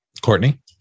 Courtney